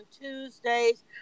Tuesdays